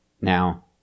Now